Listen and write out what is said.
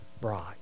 bride